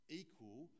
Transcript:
equal